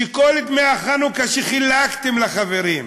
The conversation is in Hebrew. כל דמי החנוכה שחילקתם לחברים,